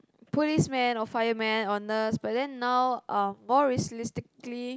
policeman or fireman or nurse but then now um more realistically